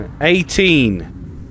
Eighteen